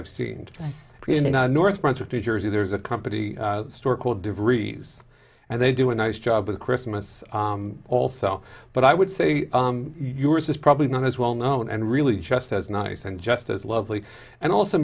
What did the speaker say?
i've seen you know north brunswick new jersey there's a company store called devries and they do a nice job with christmas also but i would say yours is probably not as well known and really just as nice and just as lovely and also